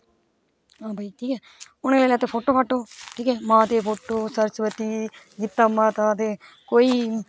हां भाई ठीक ऐ उन्हे लेई लैते फोटो फाटो ठीक ऐ माता दे फोटो सरस्बती गीता माता दे कोई